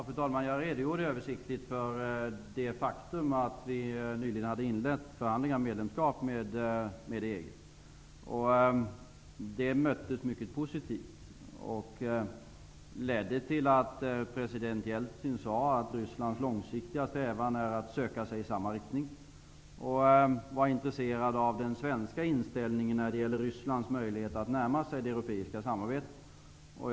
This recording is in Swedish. Fru talman! Jag redogjorde översiktligt för det faktum att vi nyligen hade inlett förhandlingar om medlemskap med EG. Det möttes mycket positivt, och det ledde till att president Jeltsin sade att Rysslands långsiktiga strävan är att söka sig i samma riktning. Han var intresserad av den svenska inställningen när det gäller Rysslands möjlighet att närma sig det europeiska samarbetet.